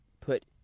put